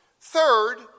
Third